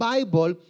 Bible